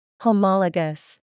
Homologous